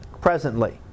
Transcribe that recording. presently